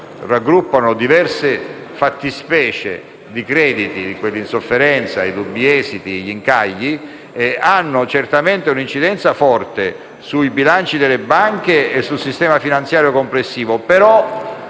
raggruppano diverse fattispecie di crediti (da quelli in sofferenza ai dubbi esiti agli incagli), hanno certamente un'incidenza forte sui bilanci delle banche e sul sistema finanziario complessivo,